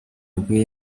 iguhe